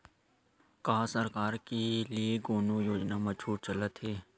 का सरकार के ले कोनो योजना म छुट चलत हे?